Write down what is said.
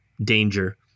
danger